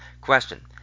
Question